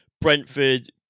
Brentford